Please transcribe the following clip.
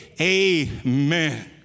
amen